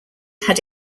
had